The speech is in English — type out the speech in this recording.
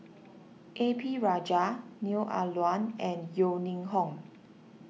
A P Rajah Neo Ah Luan and Yeo Ning Hong